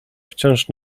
wciąż